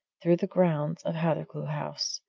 through the grounds of hathercleugh house,